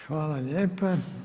Hvala lijepa.